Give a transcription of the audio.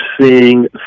seeing